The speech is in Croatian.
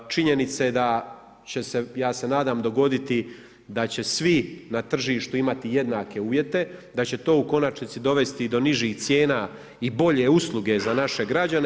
Činjenica je da će se, ja se nadam, dogoditi da će svi na tržištu imati jednake uvjete, da će to u konačnici dovesti do nižih cijena i bolje usluge za naše građane.